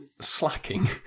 slacking